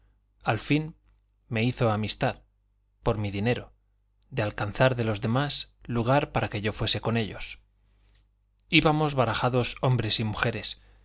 al fin me hizo amistad por mi dinero de alcanzar de los demás lugar para que yo fuese con ellos íbamos barajados hombres y mujeres